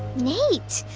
nate.